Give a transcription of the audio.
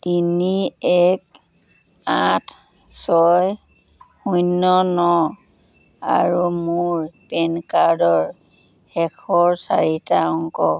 তিনি এক আঠ ছয় শূন্য ন আৰু মোৰ পেন কাৰ্ডৰ শেষৰ চাৰিটা অংক